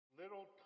little